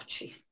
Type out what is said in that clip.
jeez